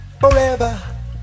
forever